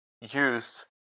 youth